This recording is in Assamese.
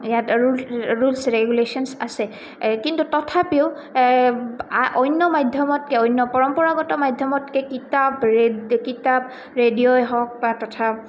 ইয়াত ৰুল ৰুলছ ৰেগুলেশ্যন আছে কিন্তু তথাপিও আ অন্য মাধ্যমতকৈ অন্য পৰম্পৰাগত মাধ্যমতকৈ কিতাপ ৰেড কিতাপ ৰেডিঅ'ই হওক বা তথা